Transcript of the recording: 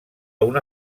una